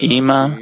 Ima